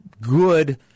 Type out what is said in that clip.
good